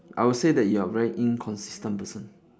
I will say that you are very inconsistent person